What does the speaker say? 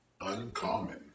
uncommon